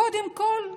קודם כול,